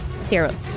zero